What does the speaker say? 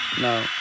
No